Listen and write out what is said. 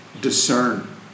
discern